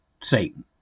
Satan